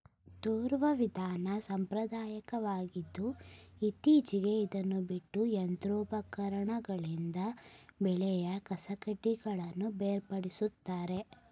ತೂರುವ ವಿಧಾನ ಸಾಂಪ್ರದಾಯಕವಾಗಿದ್ದು ಇತ್ತೀಚೆಗೆ ಇದನ್ನು ಬಿಟ್ಟು ಯಂತ್ರೋಪಕರಣಗಳಿಂದ ಬೆಳೆಯ ಕಸಕಡ್ಡಿಗಳನ್ನು ಬೇರ್ಪಡಿಸುತ್ತಾರೆ